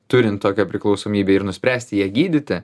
turint tokią priklausomybę ir nuspręsti ją gydyti